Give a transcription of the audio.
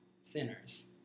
sinners